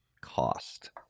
cost